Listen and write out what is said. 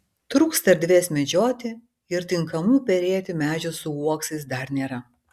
trūksta erdvės medžioti ir tinkamų perėti medžių su uoksais dar nėra